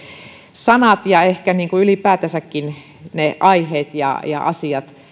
sanat ja ehkä ylipäätänsäkin ne aiheet ja ja asiat